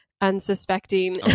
unsuspecting